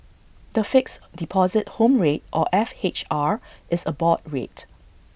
the Fixed Deposit Home Rate or F H R is A board rate